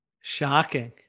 Shocking